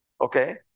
okay